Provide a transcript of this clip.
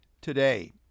today